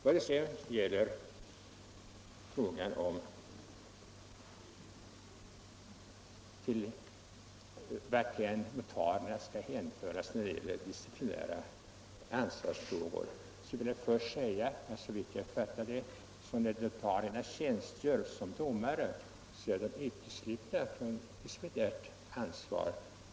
Vad beträffar frågan om notarier gäller ju att i den utsträckning de har dömande uppgifter är de inte underkastade disciplinansvar. Endast i de fall de utövar andra uppgifter är de underkastade disciplinärt ansvar.